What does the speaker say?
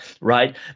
right